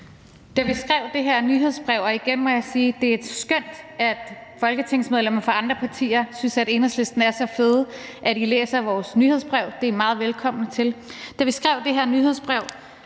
Da vi skrev det her nyhedsbrev – og igen må jeg sige, at det er skønt, at folketingsmedlemmer fra andre partier synes, at Enhedslisten er så fede, at de læser vores nyhedsbrev, og det er de meget velkomne til – stod det jo meget